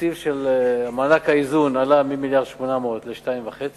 התקציב של מענק האיזון עלה מ-1.8 מיליארד ל-2.5,